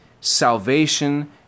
Salvation